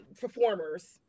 performers